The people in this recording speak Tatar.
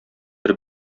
бер